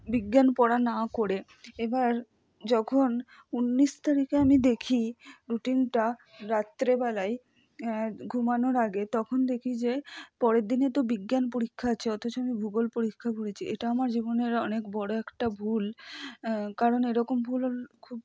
বিজ্ঞান পড়া না করে এবার যখন উনিশ তারিখে আমি দেখি রুটিনটা রাত্রেবেলায় ঘুমানোর আগে তখন দেখি যে পরের দিনে তো বিজ্ঞান পরীক্ষা আছে অথচ আমি ভূগোল পরীক্ষা পড়েছি এটা আমার জীবনের অনেক বড়ো একটা ভুল কারণ এরকম ভুল খুব